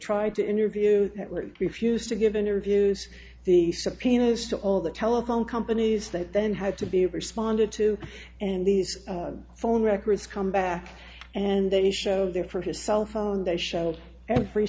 tried to interview that were refused to give interviews the subpoenas to all the telephone companies that then had to be responded to and these phone records come back and they show there from his cell phone they showed every